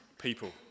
people